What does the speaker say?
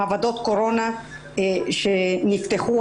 מעבדות הקורונה הפרטיות שנפתחו,